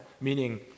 meaning